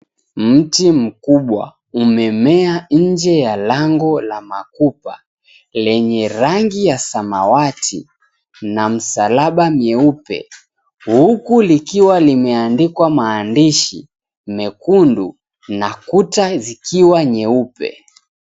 Mti mkubwa umemea nje ya lango la Makupa, lenye rangi ya samawati na msalaba mweupe, huku likiwa limeandikwa maandishi mekundu na kuta zikiwa nyeupe.